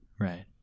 Right